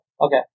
Okay